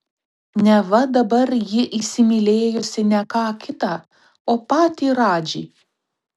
neva dabar ji įsimylėjusi ne ką kitą o patį radžį